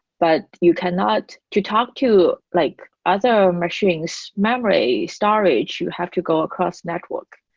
but you cannot to talk to like other machines memory storage, you have to go across network,